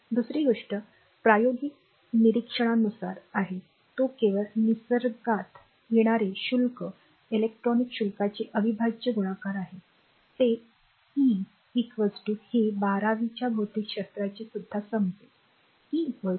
दुसरी गोष्ट प्रायोगिक निरीक्षणानुसार आहे तो केवळ निसर्गात येणारे शुल्क इलेक्ट्रॉनिक शुल्काचे अविभाज्य गुणाकार आहे ते ई हे बारावीच्या भौतिकशास्त्राचे सुद्धा समजेल ई 1